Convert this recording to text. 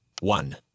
one